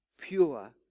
Pure